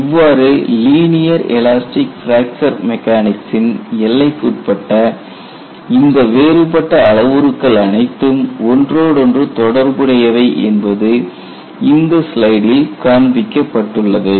இவ்வாறு linear elastic fracture மெக்கானிக்சின் எல்லைக்குட்பட்ட இந்த வேறுபட்ட அளவுருக்கள் அனைத்தும் ஒன்றோடொன்று தொடர்புடையவை என்பது இந்த ஸ்லைடில் காண்பிக்கப்பட்டுள்ளது